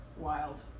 Wild